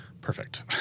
perfect